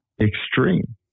extreme